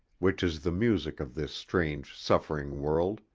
which is the music of this strange suffering world,